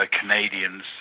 Canadians